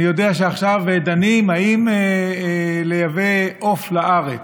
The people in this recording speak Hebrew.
אני יודע שעכשיו דנים אם לייבא עוף לארץ.